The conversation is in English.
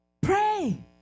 Pray